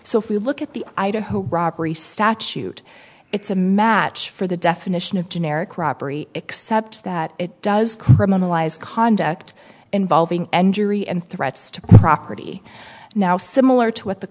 so if we look at the idaho robbery statute it's a match for the definition of generic robbery except that it does criminalize conduct involving entering and threats to property now similar to what the